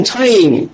time